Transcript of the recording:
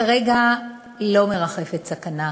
כרגע לא מרחפת סכנה.